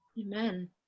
Amen